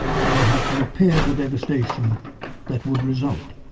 and would have to repair the devastation that would result.